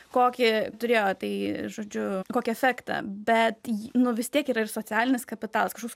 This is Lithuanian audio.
kokį turėjo tai žodžiu kokį efektą bet nu vis tiek yra ir socialinis kapitalas kažkoks